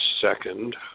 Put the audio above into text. second